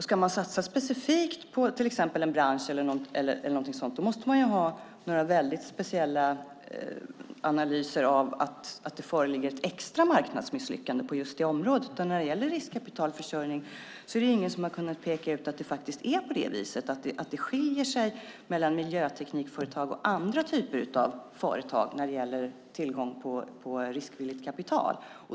Ska man satsa specifikt på till exempel en bransch måste man ha speciella analyser om att det föreligger ett extra marknadsmisslyckande på just det området. När de gäller riskkapitalförsörjning är det ingen som har kunnat peka ut att det faktiskt skiljer sig åt mellan miljöteknikföretag och andra typer av företag.